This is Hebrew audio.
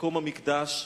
מקום המקדש,